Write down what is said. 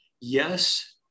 Yes